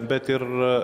bet ir